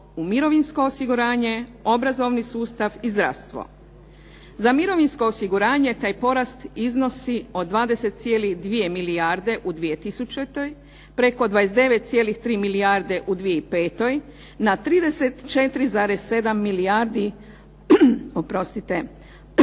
u mirovinsko osiguranje, obrazovni sustav i zdravstvo. Za mirovinsko osiguranje taj porast iznosi od 20,2 milijarde u 2000., preko 29,3 milijarde u 2005., na 34,7 milijardi u proračunu